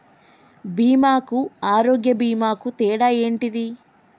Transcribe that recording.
బీమా కు ఆరోగ్య బీమా కు తేడా ఏంటిది?